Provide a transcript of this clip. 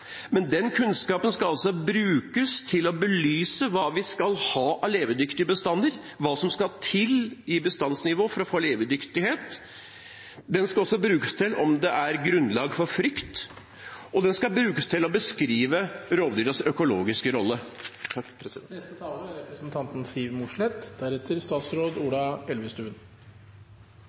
Men den kunnskapen skal brukes til å belyse hva vi skal ha av levedyktige bestander, hva som skal til på bestandsnivå for å få levedyktighet. Den skal belyse hvorvidt det er grunnlag for frykt, og den skal brukes til å beskrive rovdyras økologiske rolle.